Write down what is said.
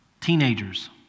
Teenagers